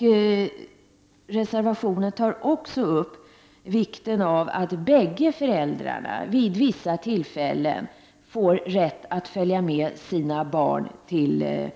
I reservationen tas också upp vikten av att bägge föräldrarna vid vissa tillfällen får rätt att följa med sina barn till